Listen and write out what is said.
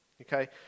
okay